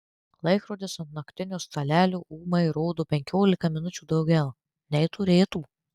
laikrodis ant naktinio stalelio ūmai rodo penkiolika minučių daugiau nei turėtų